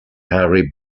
harry